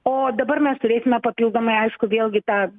o dabar mes turėsime papildomai aišku vėlgi tą